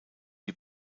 die